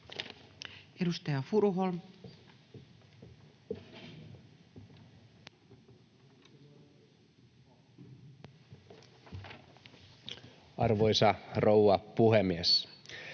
Edustaja Furuholm. Arvoisa rouva puhemies!